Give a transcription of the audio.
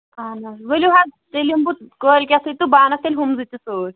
اَہَن حظ ؤلِو حظ تیلہِ یِمہٕ بہٕ کٲلۍ کیٚتھٕے تہٕ بہٕ اَنکھ تیٚلہِ ہُم زٕ تہِ سۭتۍ